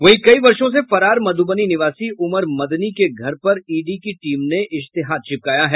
वहीं कई वर्षों से फरार मधुबनी निवासी उमर मदनी के घर पर ईडी की टीम ने इश्तेहार चिपकाया है